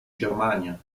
germania